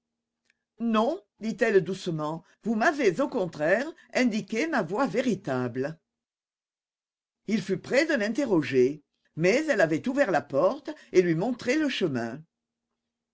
non dit-elle doucement vous m'avez au contraire indiqué ma voie véritable il fut près de l'interroger mais elle avait ouvert la porte et lui montrait le chemin